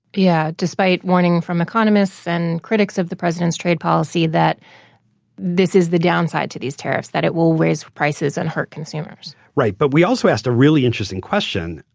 yeah despite warning from economists and critics of the president's trade policy that this is the downside to these tariffs, that it will raise prices and hurt consumers. right, but we also asked a really interesting question,